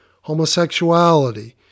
Homosexuality